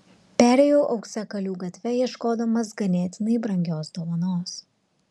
perėjau auksakalių gatve ieškodamas ganėtinai brangios dovanos